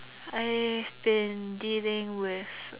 I've been dealing with